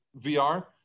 VR